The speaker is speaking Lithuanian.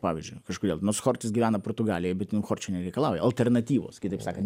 pavyzdžiui kažkodėl nos chortis gyvena portugalijoj bet in chorčio nereikalauja alternatyvos kitaip sakan